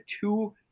two